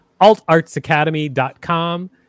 altartsacademy.com